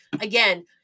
again